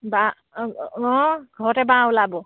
বাঁহ অঁ ঘৰতে বাঁহ ওলাব